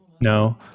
No